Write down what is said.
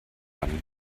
dann